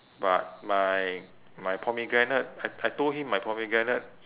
but my my pomegranate I I told him my pomegranate